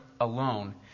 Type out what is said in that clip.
alone